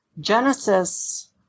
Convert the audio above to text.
Genesis